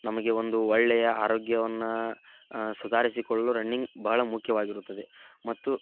ನಮಗೆ ಒಂದು ಒಳ್ಳೆಯ ಆರೋಗ್ಯವನ್ನು ಸುಧಾರಿಸಿಕೊಳ್ಳಲು ರನ್ನಿಂಗ್ ಬಹಳ ಮುಖ್ಯವಾಗಿರುತ್ತದೆ ಮತ್ತು